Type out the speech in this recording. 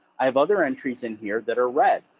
i have other entries in here that are red,